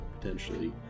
potentially